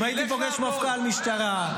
אם הייתי פוגש מפכ"ל משטרה,